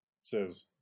says